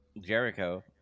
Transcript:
Jericho